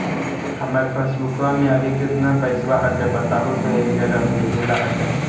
हमार पासबुकवा में अभी कितना पैसावा हक्काई बताहु तो एक जगह भेजेला हक्कई?